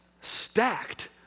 stacked